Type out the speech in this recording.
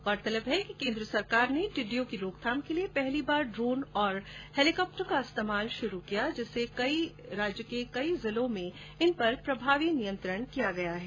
गौरतलब है कि केन्द्र सरकार ने टिडिडयों की रोकथाम के लिए पहली बार ड्रोन और हैलीकॉप्टर का इस्तेमाल शुरु किया जिससे राज्य के कई जिलों में इन पर प्रभावी नियंत्रण किया गया है